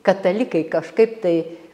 katalikai kažkaip tai